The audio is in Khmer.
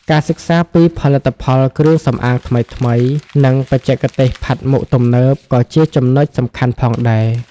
ការសិក្សាពីផលិតផលគ្រឿងសម្អាងថ្មីៗ និងបច្ចេកទេសផាត់មុខទំនើបក៏ជាចំណុចសំខាន់ផងដែរ។